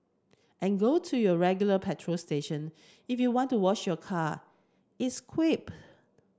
and go to your regular petrol station if you want to wash your car its quipped